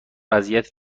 اذیت